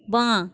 বাঁ